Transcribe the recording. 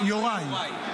יוראי, יוראי.